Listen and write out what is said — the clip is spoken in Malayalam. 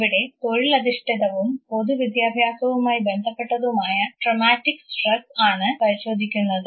ഇവിടെ തൊഴിലധിഷ്ഠിതവും പൊതു വിദ്യാഭ്യാസവുമായി ബന്ധപ്പെട്ടതുമായ ട്രോമാറ്റിക് സ്ട്രസ്സ് ആണ് പരിശോധിക്കുന്നത്